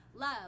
love